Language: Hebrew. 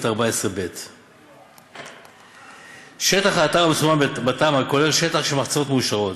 14ב. שטח האתר המסומן בתמ"א כולל שטח של מחצבות מאושרות,